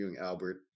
Albert